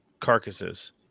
carcasses